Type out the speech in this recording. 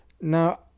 Now